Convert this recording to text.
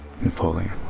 Napoleon